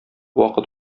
вакыт